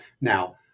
Now